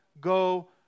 go